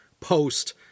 post